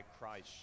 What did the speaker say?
Christ